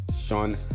Sean